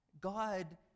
God